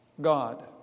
God